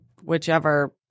whichever